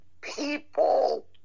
people